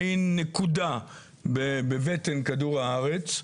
מעין נקודה בבטן כדור הארץ.